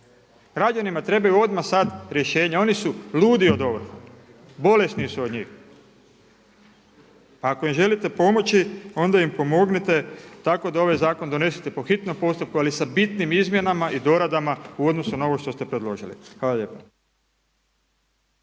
Građanima trebaju odmah sad rješenja, oni su ludi od ovrha, bolesni su od njih. Ako im želite pomoći onda im pomognite tako da ovaj zakon donesete po hitnom postupku ali sa bitnim izmjenama i doradama u odnosu na ovo što ste predložili.